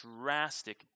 drastic